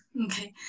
okay